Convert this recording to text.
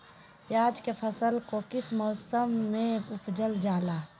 प्याज के फसल को किस मौसम में उपजल जाला?